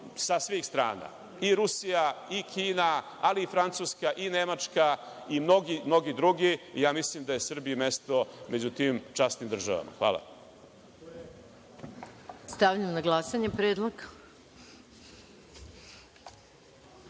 sa svih strana, i Rusija i Kina, ali i Francuska i Nemačka i mnogi drugi. Ja mislim da je Srbiji mesto među tim časnim državama. Hvala. **Maja Gojković** Stavljam